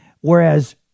Whereas